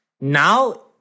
Now